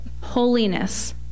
Holiness